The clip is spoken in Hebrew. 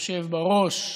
היושב בראש.